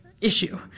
issue